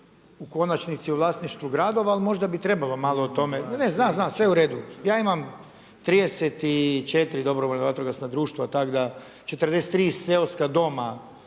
u konačnici u vlasništvu gradova, ali možda bi trebalo malo o tome. Znam, znam, sve uredu. Ja imam 34 dobrovoljna vatrogasna društva tako da 34 seoska doma